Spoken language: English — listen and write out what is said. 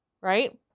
right